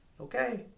okay